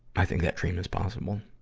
i think that dream is possible.